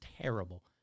terrible